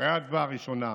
אחרי ההצבעה הראשונה,